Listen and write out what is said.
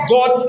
God